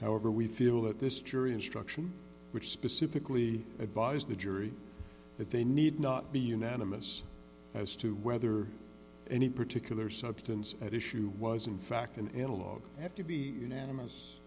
however we feel that this jury instruction which specifically advised the jury that they need not be unanimous as to whether any particular substance at issue was in fact an analog have to be unanimous